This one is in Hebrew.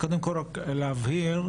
במרחבים הציבוריים,